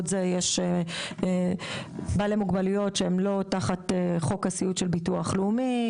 יש בעלי מוגבלויות שהם לא תחת חוק הסיעוד של ביטוח לאומי,